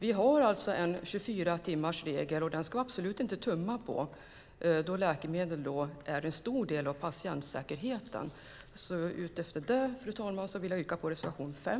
Vi har en 24-timmarsregel, och den ska vi absolut inte tumma på eftersom läkemedel är en stor del av patientsäkerheten. Utifrån detta vill jag, fru talman, yrka bifall till reservation 5.